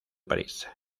parís